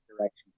direction